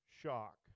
shock